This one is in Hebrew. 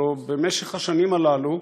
הרי במשך השנים הללו,